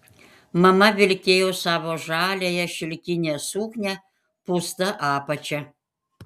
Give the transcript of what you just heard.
mama vilkėjo savo žaliąją šilkinę suknią pūsta apačia